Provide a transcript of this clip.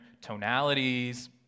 tonalities